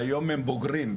והיום הם בוגרים.